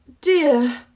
dear